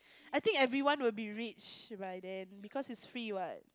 I think everyone will be rich by then because it's free what